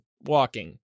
walking